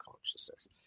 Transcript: consciousness